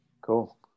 cool